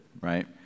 right